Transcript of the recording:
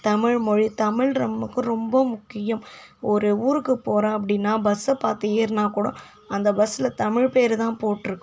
தமிழ்மொழி தமிழ் நமக்கு ரொம்ப முக்கியம் ஒரு ஊருக்கு போகிறோம் அப்படினா பஸ்ஸில் பார்த்து ஏறுனா கூட அந்த பஸ்ஸில் தமிழ் பேர் தான் போட்டிருக்கும்